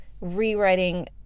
rewriting